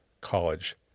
college